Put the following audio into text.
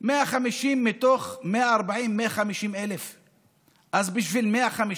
150 מתוך 140,000 150,000. אז בשביל 150 מפירים,